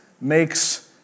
makes